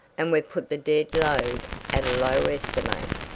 and we've put the dead load at a low estimate.